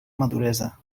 maduresa